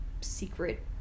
secret